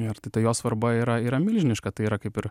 ir tada jo svarba yra yra milžiniška tai yra kaip ir